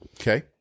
okay